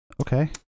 okay